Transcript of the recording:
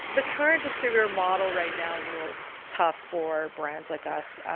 the current distributor model right now is a little tough for brands like us,